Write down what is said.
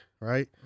right